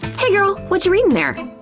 hey girl! watcha reading there?